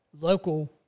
local